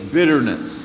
bitterness